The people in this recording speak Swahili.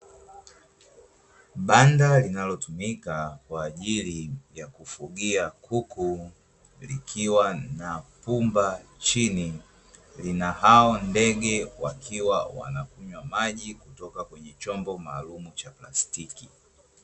Banda linalotumika kwa ajili ya kufugia kuku likiwa na pumba chini, lina hawa ndege wakiwa wanakunywa maji kutoka kwenye chombo maalumu cha plastiki.